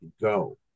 go